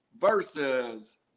versus